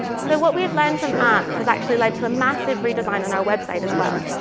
so what we have learned from amp has actually led to a massive redesign on our website, as well.